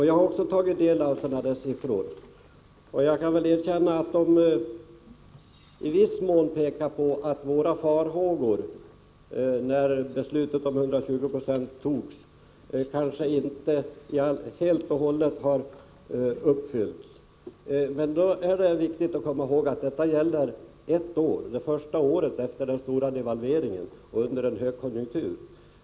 Jag har också tagit del av sådana siffror, och jag kan väl erkänna att de i viss mån pekar på att de farhågor som vi framförde när beslutet om 120 96 fattades kanske inte helt och hållet har besannats. Men då är det viktigt att komma ihåg att detta gäller ett år — det första året efter den stora devalveringen — och under en högkonjunktur.